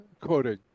quoting